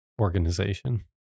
organization